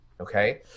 okay